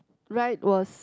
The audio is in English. ride was